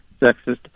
sexist